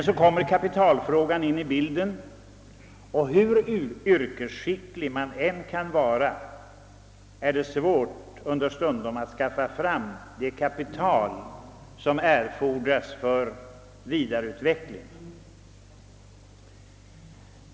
Så kommer kapitalfrågan in i bilden, och hur yrkesskicklig man än kan vara är det understundom svårt att skaffa fram det kapital som erfordras för vidareutveckling.